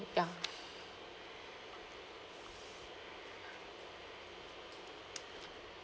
ya